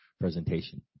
presentation